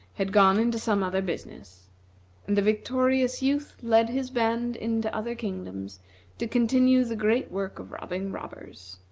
had gone into some other business and the victorious youth led his band into other kingdoms to continue the great work of robbing robbers.